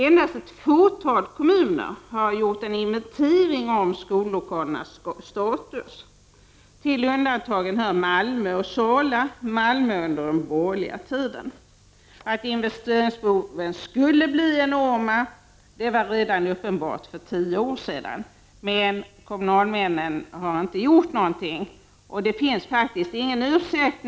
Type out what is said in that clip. Endast ett fåtal kommuner har gjort en inventering av skollokalernas status. Till dessa undantag hör Malmö och Sala. I Malmö gjordes detta under den borgerliga tiden. Att investeringsbehoven skulle bli enorma var uppenbart redan för tio år sedan. Men kommunalmännen har inte gjort något, och det finns faktiskt ingen ursäkt.